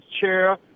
chair